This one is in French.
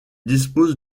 dispose